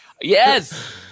yes